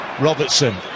Robertson